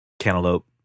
Cantaloupe